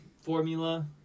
formula